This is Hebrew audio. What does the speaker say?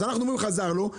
אז אנחנו אומרים חזר לו.